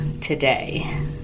today